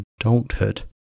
adulthood